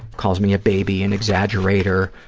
calls me a baby, an exaggerator,